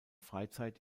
freizeit